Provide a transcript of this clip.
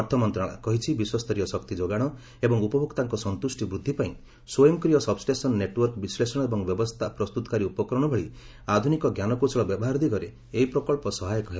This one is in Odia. ଅର୍ଥ ମନ୍ତ୍ରଣାଳୟ କହିଛି ବିଶ୍ୱସ୍ତରୀୟ ଶକ୍ତି ଯୋଗାଣ ଏବଂ ଉପଭୋକ୍ତାଙ୍କ ସନ୍ତୁଷ୍ଠି ବୃଦ୍ଧି ପାଇଁ ସ୍ୱୟଂକ୍ରିୟ ସବ୍ଷ୍ଟେସନ୍ ନେଟୱାର୍କ ବିଶ୍ଳେଷଣ ଏବଂ ବ୍ୟବସ୍ଥା ପ୍ରସ୍ତୁତକାରୀ ଉପକରଣ ଭଳି ଆଧୁନିକ ଜ୍ଞାନକୌଶଳ ବ୍ୟବହାର ଦିଗରେ ଏହି ପ୍ରକଳ୍ପ ସହାୟକ ହେବ